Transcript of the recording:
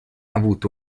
avuto